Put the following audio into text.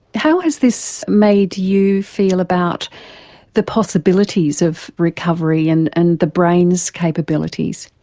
how has this made you feel about the possibilities of recovery and and the brain's capabilities?